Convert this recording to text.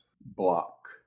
Block